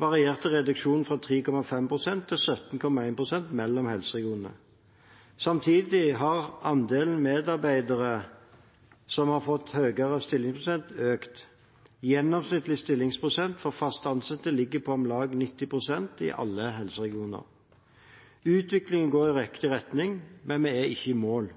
varierte reduksjonen fra 3,5 pst. til 17,1 pst. mellom helseregionene. Samtidig har andelen medarbeidere som har fått høyere stillingsprosent, økt. Gjennomsnittlig stillingsprosent for fast ansatte ligger på om lag 90 pst. i alle helseregioner. Utviklingen går i riktig retning, men vi er ikke i mål.